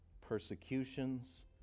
persecutions